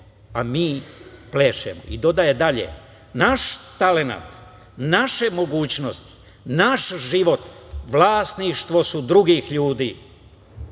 a mi plešemo.“ Dodaje dalje: „Naš talenat, naše mogućnosti, naš život, vlasništvo su drugih